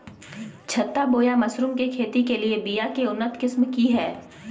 छत्ता बोया मशरूम के खेती के लिए बिया के उन्नत किस्म की हैं?